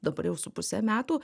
dabar jau su puse metų